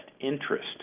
interest